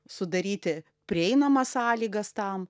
sudaryti prieinamas sąlygas tam